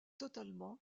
totalement